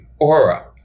aura